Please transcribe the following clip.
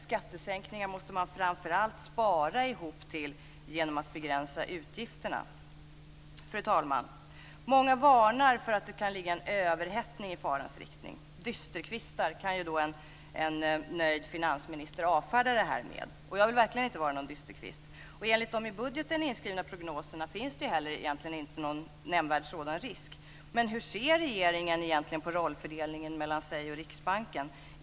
Skattesänkningar måste man framför allt spara ihop till genom att begränsa utgifterna. Fru talman! Många varnar för att det kan ligga en överhettning i farans riktning. Dysterkvistar, kan en nöjd finansminister avfärda dem med. Jag vill verkligen inte vara någon dysterkvist. Enligt de i budgeten inskrivna prognoserna finns det ju heller inte någon sådan nämnvärd risk. Men hur ser regeringen egentligen på rollfördelningen mellan sig och Riksbanken?